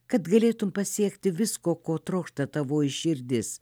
kad galėtum pasiekti visko ko trokšta tavoji širdis